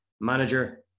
manager